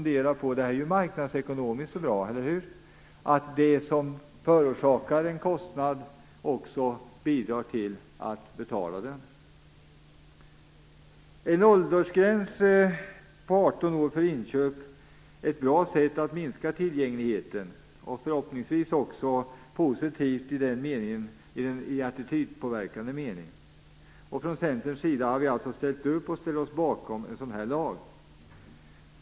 Det är ju marknadsekonomiskt och bra, att de som förorsakar en kostnad också bidrar till att betala den. En åldersgräns på 18 år för inköp är ett bra sätt att minska tillgängligheten, och förhoppningsvis också positivt i attitydpåverkande mening. Från Centerns sida har vi alltså ställt oss bakom en sådan här lag.